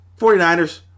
49ers